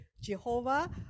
Jehovah